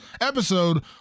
episode